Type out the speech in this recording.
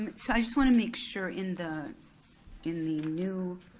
and so i just wanna make sure, in the in the new